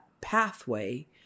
pathway